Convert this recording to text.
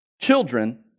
Children